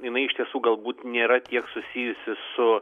jinai iš tiesų galbūt nėra tiek susijusi su